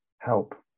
help